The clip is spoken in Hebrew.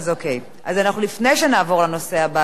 לפני שנעבור לנושא הבא בסדר-היום,